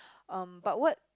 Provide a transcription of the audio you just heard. um but what